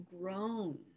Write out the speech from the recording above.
grown